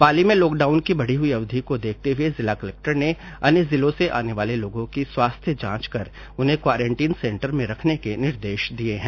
पाली में लॉकडाउन की बढी हई अवधि को देखते हुए जिला कलक्टर ने अन्य जिलों से आने वाले लोगों की स्वास्थ्य जांच कर उन्हें क्वारेन्टीन सेंटर में रखने के निर्देश दिए है